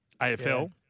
AFL